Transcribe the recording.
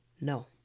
no